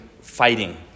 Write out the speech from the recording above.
fighting